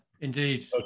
indeed